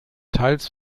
teils